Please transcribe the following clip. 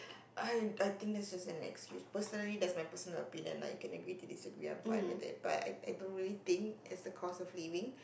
I I think that's just an excuse personally that's my personal opinion lah you can agree to disagree I'm fine with it but I I don't really think is the cost of living